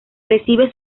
recibe